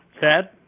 Ted